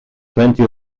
plenty